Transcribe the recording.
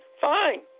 Fine